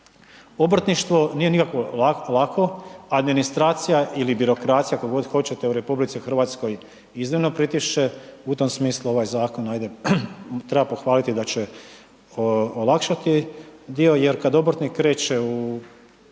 Obrtništvo nije nikako lako, administracija ili birokracija kako god hoćete u RH iznimno pritišće, u tom smislu ovaj zakon ajde treba pohvaliti da će olakšati dio jer kad obrtnik kreće u